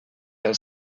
del